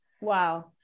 Wow